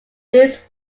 these